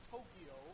Tokyo